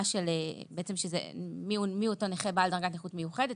של "אותו נכה בעל דרגת נכות מיוחדת,